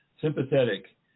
sympathetic